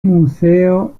museo